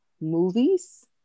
movies